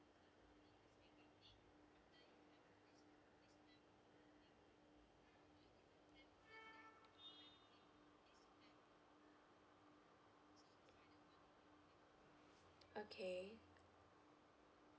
okay